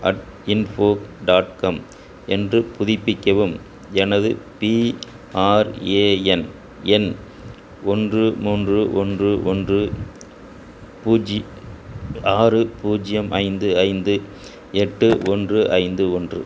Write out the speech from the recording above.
at in info dot com என்று புதுப்பிக்கவும் எனது பிஆர்ஏஎன் எண் ஒன்று மூன்று ஒன்று ஒன்று பூஜி ஆறு பூஜ்ஜியம் ஐந்து ஐந்து எட்டு ஒன்று ஐந்து ஒன்று